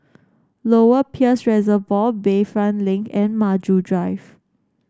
Lower Peirce Reservoir Bayfront Link and Maju Drive